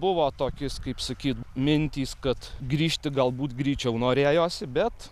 buvo tokis kaip sakyt mintys kad grįžti galbūt greičiau norėjosi bet